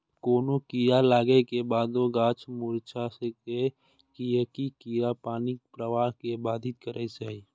कोनो कीड़ा लागै के बादो गाछ मुरझा सकैए, कियैकि कीड़ा पानिक प्रवाह कें बाधित करै छै